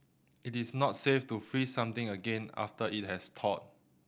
it is not safe to freeze something again after it has thawed